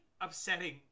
upsetting